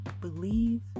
believe